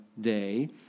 Day